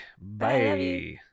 bye